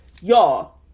Y'all